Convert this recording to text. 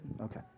Okay